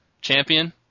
Champion